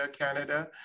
Canada